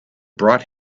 brought